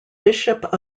bishop